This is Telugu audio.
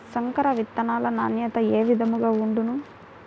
సంకర విత్తనాల నాణ్యత ఏ విధముగా ఉండును?